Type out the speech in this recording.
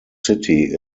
city